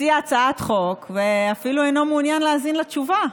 הציע הצעת חוק ואפילו אינו מעוניין להאזין לתשובה.